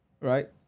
right